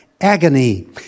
agony